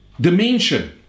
dimension